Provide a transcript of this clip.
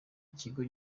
kigo